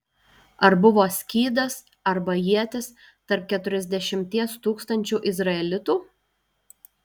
ar buvo skydas arba ietis tarp keturiasdešimties tūkstančių izraelitų